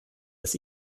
des